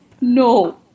no